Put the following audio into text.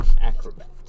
acrobat